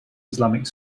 islamic